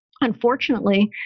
unfortunately